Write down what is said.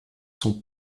son